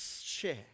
share